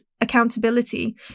accountability